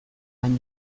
baino